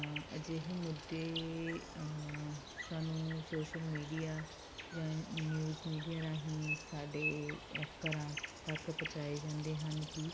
ਅਜਿਹੇ ਮੁੱਦੇ ਸਾਨੂੰ ਸ਼ੋਸ਼ਲ ਮੀਡੀਆ ਜਾਂ ਨਿਊਜ਼ ਮੀਡੀਆ ਰਾਹੀਂ ਸਾਡੇ ਘਰਾਂ ਤੱਕ ਪਹੁੰਚਾਏ ਜਾਂਦੇ ਹਨ ਕਿ